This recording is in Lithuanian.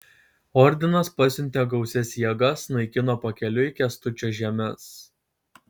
ordinas pasiuntė gausias jėgas naikino pakeliui kęstučio žemes